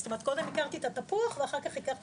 זאת אומרת קודם הכרתי את התפוח ואחר כך הכרתי